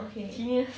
genius